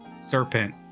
serpent